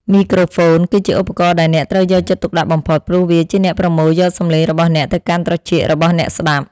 មីក្រូហ្វូនគឺជាឧបករណ៍ដែលអ្នកត្រូវយកចិត្តទុកដាក់បំផុតព្រោះវាជាអ្នកប្រមូលយកសំឡេងរបស់អ្នកទៅកាន់ត្រចៀករបស់អ្នកស្តាប់។